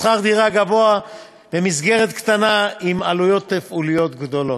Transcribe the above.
שכר דירה גבוה במסגרת קטנה עם עלויות תפעוליות גדולות.